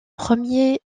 premier